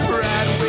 Brad